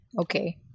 Okay